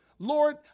Lord